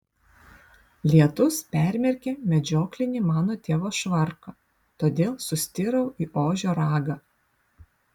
lietus permerkė medžioklinį mano tėvo švarką todėl sustirau į ožio ragą